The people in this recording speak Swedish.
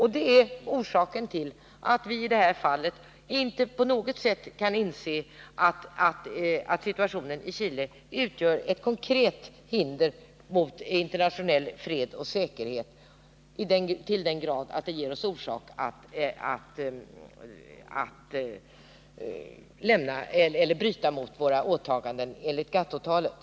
Det är orsaken till att vi i det här fallet inte på något sätt kan inse att situationen i Chile till den grad utgör ett konkret hinder mot internationell fred och säkerhet att vi kan bryta mot våra åtaganden enligt GATT avtalet.